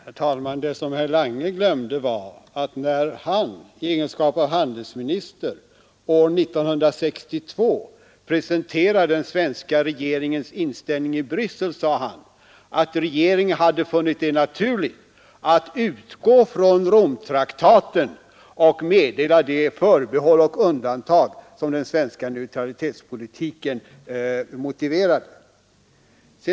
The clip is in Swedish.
Herr talman! Det som herr Lange glömde var att han, när han i egenskap av handelsminister år 1962 presenterade den svenska regeringens inställning i Bryssel, sade att regeringen hade funnit det naturligt att utgå från Romtraktaten och meddela de förbehåll och undantag som den svenska neutralitetspolitiken motiverade.